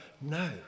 No